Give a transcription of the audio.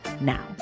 now